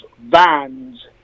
vans